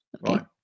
right